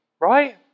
right